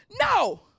No